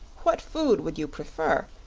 what food would you prefer,